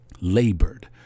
labored